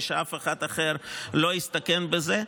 כך אף אחד אחר לא יסתכן בזה.